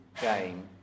game